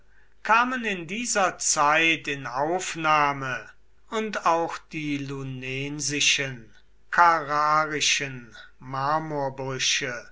kamen in dieser zeit in aufnahme und auch die lunensischen carrarischen marmorbrüche